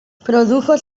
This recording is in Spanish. produjo